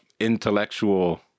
intellectual